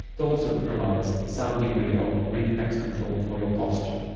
it also provides some degree of reflex control for your posture.